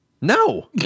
No